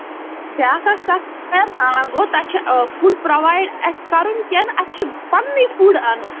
بیاکھ اکھ کَتھ گوٚو تۄہہِ چھُ فُڈ پرووایڈ اَسہِ کَرُن کِنہٕ اَسہِ چھُ پَنٕنُے فُڈ اَنُن